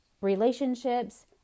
relationships